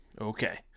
Okay